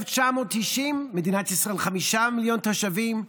ב-1990 מדינת ישראל מנתה חמישה מיליון תושבים,